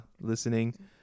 listening